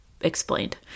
explained